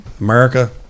America